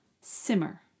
simmer